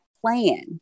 plan